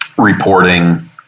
Reporting